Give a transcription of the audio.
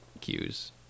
cues